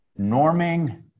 norming